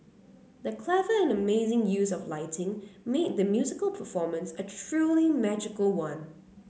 the clever and amazing use of lighting made the musical performance a truly magical one